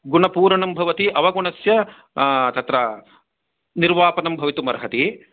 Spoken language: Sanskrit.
गुणपुरणं भवति अवगुणस्य तत्र निर्वापणं भवितुमर्हति